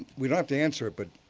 we don't have to answer it, but